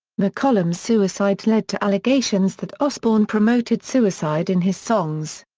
mccollum's suicide led to allegations that osbourne promoted suicide in his songs.